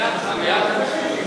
אדוני היושב-ראש, אני מבקש